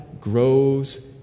grows